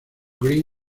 green